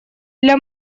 для